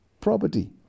property